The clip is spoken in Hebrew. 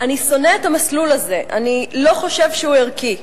אני שונא את המסלול הזה, אני לא חושב שהוא ערכי,